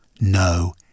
No